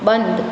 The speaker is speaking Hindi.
बंद